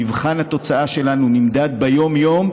מבחן התוצאה שלנו נמדד ביום-יום,